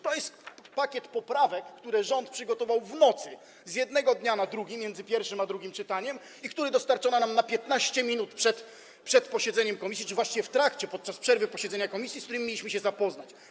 To jest pakiet poprawek, które rząd przygotował w nocy, z jednego dnia na drugi, między pierwszym a drugim czytaniem i które dostarczono nam na 15 minut przed posiedzeniem komisji czy właściwie w trakcie... podczas przerwy w posiedzeniu komisji, abyśmy mogli się z nimi zapoznać.